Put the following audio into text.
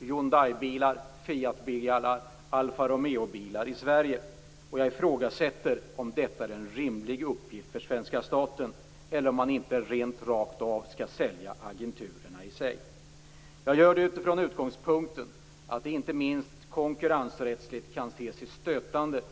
Hyundaibilar, Fiatbilar och Alfa-Romeo-bilar i Sverige. Jag ifrågasätter om detta är en rimlig uppgift för svenska staten. Skall man inte sälja agenturerna rakt av? Jag gör det utifrån utgångspunkten att det inte minst konkurrensrättsligt kan ses som stötande.